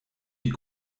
die